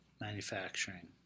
manufacturing